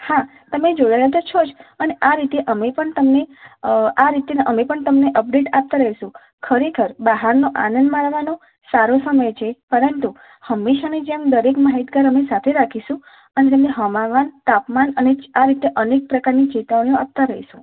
હા તમે જોવાના તો છો જ અને આ રીતે અમે પણ તમને અ આ રીતે અમે પણ તમને અપડેટ આપતા રહીશું ખરેખર બહારનો આનંદ માણવાનો સારો સમય છે પરંતુ હંમેશાની જેમ દરેક માહિતગાર અમે સાથે રાખીશું અને તમને હવામાન તાપમાન અને આ રીતે અનેક પ્રકારની ચેતવણીઓ આપતા રહીશું